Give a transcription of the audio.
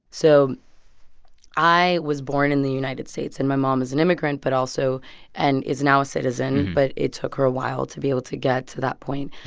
so i was born in the united states, and my mom is an immigrant but also and is now a citizen. but it took her a while to be able to get to that point.